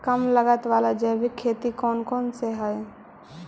कम लागत वाला जैविक खेती कौन कौन से हईय्य?